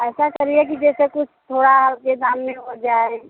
ऐसा करिए कि जैसे कुछ थोड़ा आपके सामने हो जाए